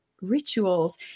rituals